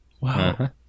Wow